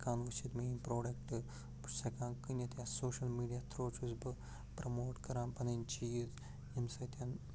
ہٮ۪کان وُچھِتھ میٲنۍ پروڈکٹ بہٕ چھُس ہٮ۪کان کٕنِتھ یا سوشَل میٖڈِیا تھرو چھُس بہٕ پرموٹ کران پَنٕنۍ چیٖز ییٚمہِ سۭتۍ